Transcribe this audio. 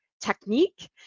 technique